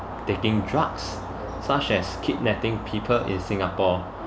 taking drugs such as kidnapping people in singapore